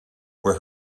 where